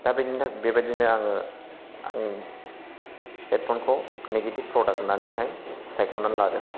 दा बेबायदिनो आङो हेदफ'न खौ निगेटिभ प्रदाक्ट होननानैहाय सायख'नानै लादों